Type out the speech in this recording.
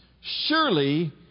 Surely